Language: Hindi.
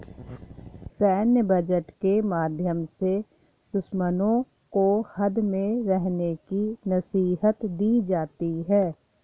सैन्य बजट के माध्यम से दुश्मनों को हद में रहने की नसीहत दी जाती है